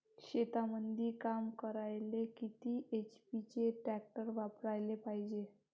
शेतीमंदी काम करायले किती एच.पी चे ट्रॅक्टर वापरायले पायजे?